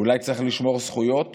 אולי צריך לשמור זכויות